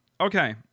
Okay